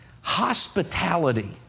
Hospitality